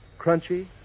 crunchy